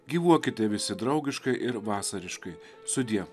gyvuokite visi draugiškai ir vasariškai sudie